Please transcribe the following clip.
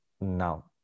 now